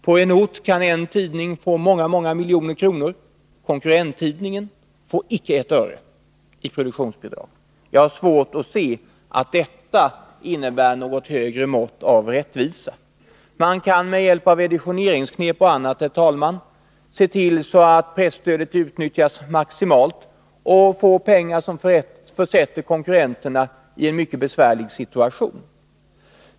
På en ort kan en tidning få många miljoner kronor, och konkurrenttidningen får icke ett öre i produktionsbidrag. Jag har svårt att se att detta innebär något högre mått av rättvisa. Man kan med hjälp av editionsknep och annat se till att presstödet utnyttjas maximalt och få pengar som försätter konkurrenterna i en mycket besvärlig situation.